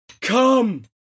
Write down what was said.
come